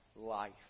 life